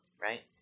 right